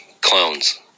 clones